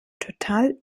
total